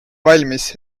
valmis